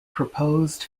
proposed